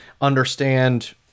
understand